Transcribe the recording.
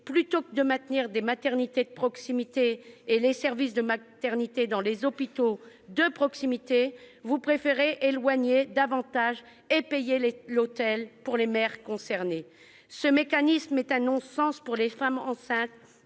plutôt que de maintenir les maternités de proximité et les services de maternité dans les hôpitaux de proximité, vous préférez les éloigner davantage et payer l'hôtel aux mères concernées. Ce mécanisme est un non-sens pour les femmes enceintes,